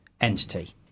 entity